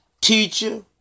teacher